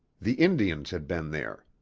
the indians had been there.